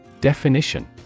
Definition